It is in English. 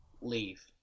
leave